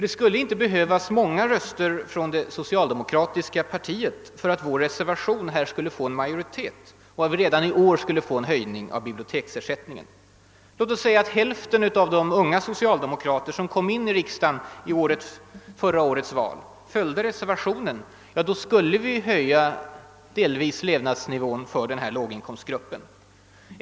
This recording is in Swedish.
Det skulle inte behövas många röster från det socialdemokratiska partiet för att vår reservation får majoritet och biblioteksersättningen höjs redan i år. Låt oss säga att hälften av de unga socialdemokrater som kom in i riksdagen genom förra årets val följde reservationen — då skulle levnadsnivån för flera inom den här låginkomstgruppen höjas en del.